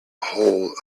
whole